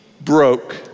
broke